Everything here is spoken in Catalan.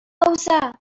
usar